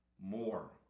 more